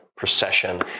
procession